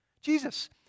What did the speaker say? Jesus